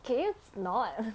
can you not